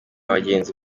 bagenzi